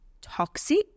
toxic